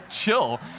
chill